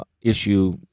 issue